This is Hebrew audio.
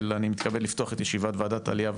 אני מתכבד לפתוח את ישיבת ועדת העלייה,